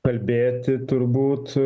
kalbėti turbūt